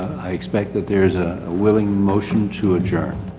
i expect that there's a, a willing motion to adjourn.